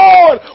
Lord